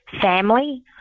family